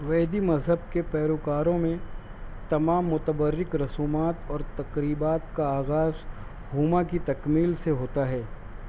ویدی مذہب کے پیروکاروں میں تمام متبرک رسومات اور تقریبات کا آغاز ہوما کی تکمیل سے ہوتا ہے